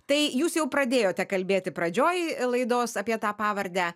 tai jūs jau pradėjote kalbėti pradžioj laidos apie tą pavardę